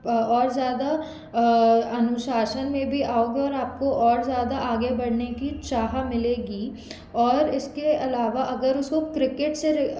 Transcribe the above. और ज़्यादा अनुशासन में भी आओगे और आपको और ज़्यादा आगे बढ़ने की चाह मिलेगी और इसके अलावा अगर उसको क्रिकेट से